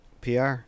PR